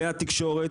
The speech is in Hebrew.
כלי התקשורת,